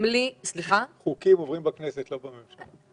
חוקים עוברים בכנסת, לא בממשלה.